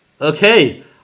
Okay